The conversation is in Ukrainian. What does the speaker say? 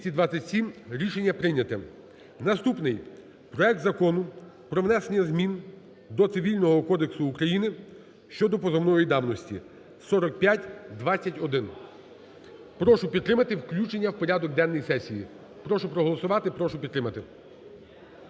прошу підтримати включення в порядок денний сесії. Прошу проголосувати і прошу підтримати.